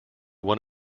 one